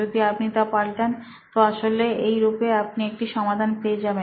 যদি আপনি তা পাল্টান তো আসলে এই রূপে আপনি একটা সমাধান পেয়ে যাবেন